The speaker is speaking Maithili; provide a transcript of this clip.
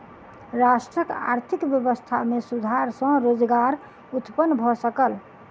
राष्ट्रक आर्थिक व्यवस्था में सुधार सॅ रोजगार उत्पन्न भ सकल